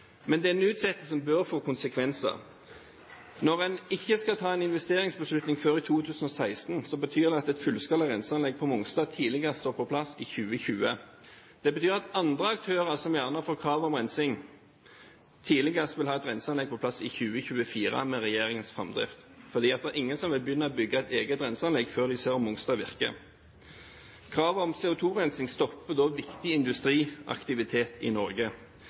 Men utsettelsen bør få konsekvenser. Når en ikke skal ta en investeringsbeslutning før i 2016, betyr det at et fullskala renseanlegg på Mongstad tidligst vil være på plass i 2020. Det betyr at andre aktører som gjerne får krav om rensing, tidligst vil ha et renseanlegg på plass i 2024 med regjeringens framdrift, for det er ingen som vil begynne å bygge et eget renseanlegg før de ser om Mongstad virker. Kravet om CO2-rensing stopper da viktig industriaktivitet i Norge.